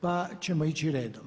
Pa ćemo ići redom.